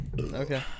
Okay